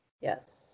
Yes